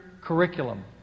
curriculum